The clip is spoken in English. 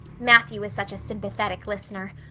matthew is such a sympathetic listener.